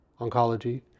oncology